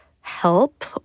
help